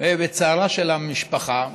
וצערה של המשפחה.